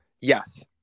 Yes